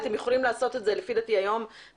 לפי דעתי אתם יכולים לעשות את זה היום בחדרה.